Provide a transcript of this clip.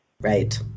right